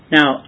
Now